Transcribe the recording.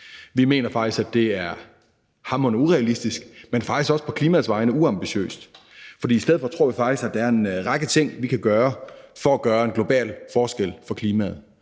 Vi mener faktisk, at det er hamrende urealistisk, men også på klimaets vegne uambitiøst. For vi tror faktisk, at der i stedet er en række ting, vi kan gøre for at gøre en global forskel for klimaet.